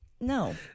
No